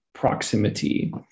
proximity